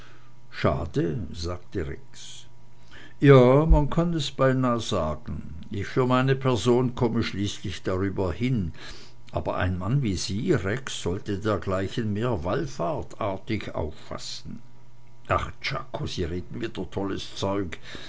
schade sagte rex ja man kann es beinah sagen ich für meine person komme schließlich drüber hin aber ein mann wie sie rex sollte dergleichen mehr wallfahrtartig auffassen ach czako sie reden wieder tolles zeug